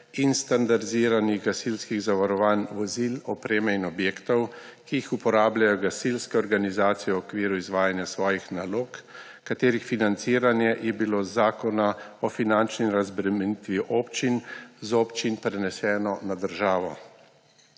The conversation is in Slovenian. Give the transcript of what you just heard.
in standardiziranih gasilskih zavarovanj vozil, opreme in objektov, ki jih uporabljajo gasilske organizacije v okviru izvajanja svojih nalog, katerih financiranje je bilo z Zakonom o finančni razbremenitvi občin z občin preneseno na državo.